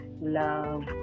love